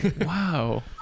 Wow